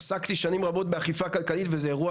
עסקתי שנים רבות באכיפה כלכלית וזה אירוע